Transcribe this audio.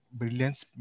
brilliance